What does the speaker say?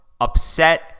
upset